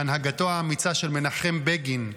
בהנהגתו האמיצה של מנחם בגין,